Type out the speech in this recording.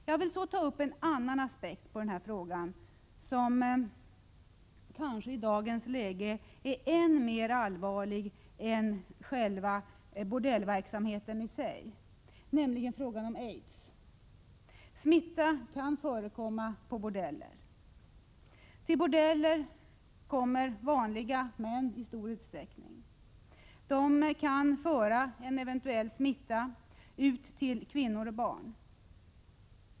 Jag vill så ta upp en annan aspekt på denna fråga som kanske i dagens läge är än mer allvarlig än själva bordellverksamheten i sig, nämligen frågan om aids. Smitta kan förekomma på bordeller. Till bordellerna kommer i stor utsträckning vanliga män. De kan föra en eventuell smitta ut till kvinnor och barn.